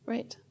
Right